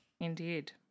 indeed